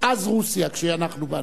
אז רוסיה, כשאנחנו באנו.